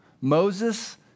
Moses